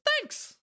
thanks